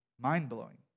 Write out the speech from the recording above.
mind-blowing